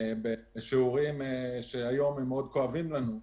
בשיעורים שהם מאוד כואבים לנו היום,